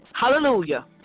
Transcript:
Hallelujah